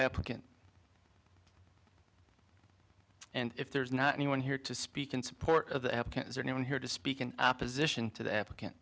applicant and if there's not anyone here to speak in support of the afghans or anyone here to speak in opposition to the applicant